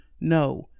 No